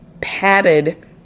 padded